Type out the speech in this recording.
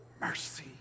mercy